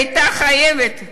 הייתה חייבת,